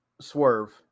Swerve